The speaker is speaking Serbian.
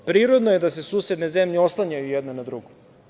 Prirodno je da se susedne zemlje oslanjaju jedna na drugu.